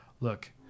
look